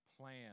plan